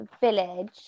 village